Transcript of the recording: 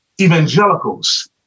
Evangelicals